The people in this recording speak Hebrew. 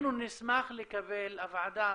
אנחנו נשמח לקבל, הוועדה